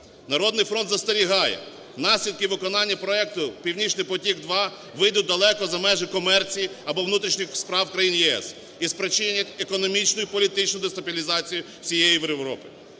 "Народний фронт" застерігає, наслідки виконання проекту "Північний потік-2" вийдуть далеко за межі комерції або внутрішніх справ країн ЄС і спричинять економічну і політичну дестабілізацію всієї Європи.